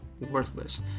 worthless